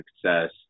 success